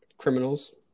Criminals